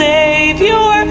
Savior